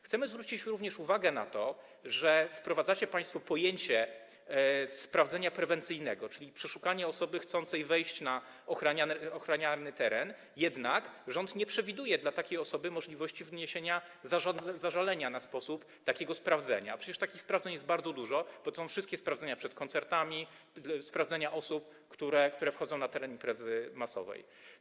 Chcemy zwrócić również uwagę na to, że wprowadzacie państwo pojęcie sprawdzenia prewencyjnego, czyli takiego, kiedy następuje przeszukanie osoby chcącej wejść na ochraniany teren, jednak rząd nie przewiduje dla takiej osoby możliwości wniesienia zażalenia na sposób takiego sprawdzenia, a przecież takich sprawdzeń jest bardzo dużo, bo to są wszystkie sprawdzenia przed koncertami, sprawdzenia osób, które wchodzą na teren imprezy masowej.